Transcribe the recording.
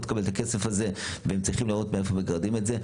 לא תקבל את הכסף הזה והם צריכים לראות מאיפה מגרדים את זה.